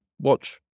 watch